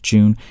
June